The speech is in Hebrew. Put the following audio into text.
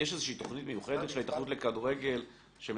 יש איזושהי תכנית מיוחדת של ההתאחדות לכדורגל שמתוקצבת